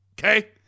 Okay